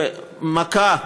במכה,